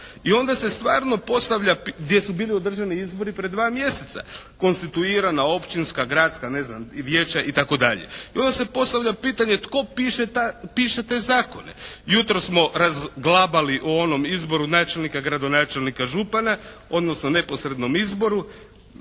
i onda se stvarno postavlja, gdje su bili održani izbori pred dva mjeseca, konstituirana općinska, gradska vijeća itd. I onda se postavlja pitanje tko piše te zakone. Jutros smo razglabali o onom izboru načelnika, gradonačelnika, župana odnosno neposrednom izboru,